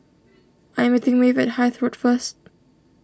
I am meeting Maeve at Hythe Road first